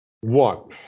One